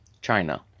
China